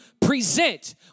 present